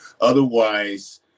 Otherwise